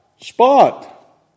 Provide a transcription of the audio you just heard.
spot